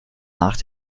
nach